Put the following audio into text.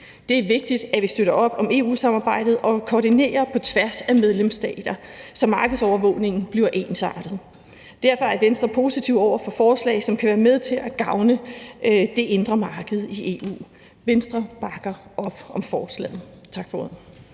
Det er vigtigt, at vi støtter op om EU-samarbejdet og koordinerer på tværs af medlemsstaterne, så markedsovervågningen bliver ensartet. Derfor er Venstre positive over for forslag, som kan være med til at gavne det indre marked i EU. Venstre bakker op om forslaget. Tak for ordet.